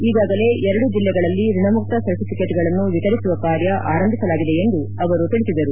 ಈಗಾಗಲೇ ಎರಡು ಜಿಲ್ಲೆಗಳಲ್ಲಿ ಋಣಮುಕ್ತ ಸರ್ಟಫಿಕೇಟ್ಗಳನ್ನು ವಿತರಿಸುವ ಕಾರ್ಯ ಆರಂಭಿಸಲಾಗಿದೆ ಎಂದು ಅವರು ತಿಳಿಸಿದರು